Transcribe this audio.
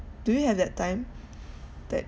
do you have that time that